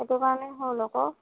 সেইটো কাৰণে হ'ল আকৌ